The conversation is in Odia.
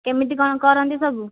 କେମିତି କ'ଣ କରନ୍ତି ସବୁ